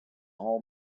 all